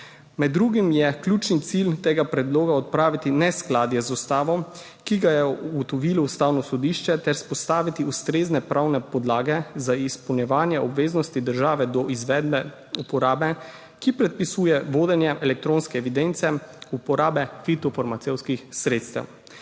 Med drugim je ključni cilj tega predloga odpraviti neskladje z ustavo, ki ga je ugotovilo Ustavno sodišče, ter vzpostaviti ustrezne pravne podlage za izpolnjevanje obveznosti države do izvedbe uporabe, ki predpisuje vodenje elektronske evidence uporabe fitofarmacevtskih sredstev.